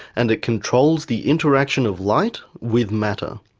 and it controls the interaction of light with matter.